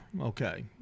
Okay